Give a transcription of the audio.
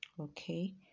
Okay